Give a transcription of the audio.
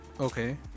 Okay